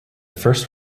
first